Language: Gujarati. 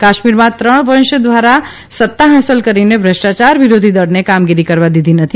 કાશ્મીરમાં ત્રણ વંશ દ્વારા સત્તા હાંસલ કરીને ભ્રષ્ટાયાર વિરોધી દળને કામગીરી કરવા દીધી નથી